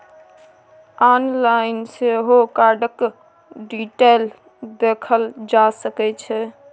online सेहो कार्डक detail देखल जा सकै छै